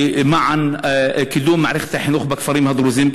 למען קידום מערכת החינוך בכפרים הדרוזים,